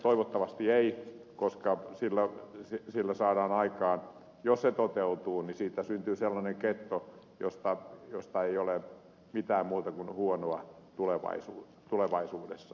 toivottavasti ei koska sillä sitä sillä saadaan aikaan jos se toteutuu niin siitä syntyy sellainen getto josta ei tule mitään muuta kuin huonoa tulevaisuudessa